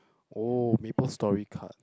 oh Maple Story card